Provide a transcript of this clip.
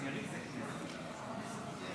כי הצעת חוק יום